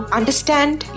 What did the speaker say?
understand